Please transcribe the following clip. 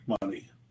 money